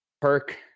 Perk